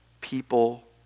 people